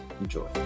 Enjoy